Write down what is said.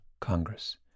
Congress